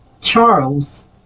Charles